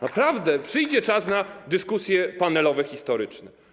Naprawdę przyjdzie czas na dyskusje panelowe, historyczne.